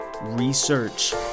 research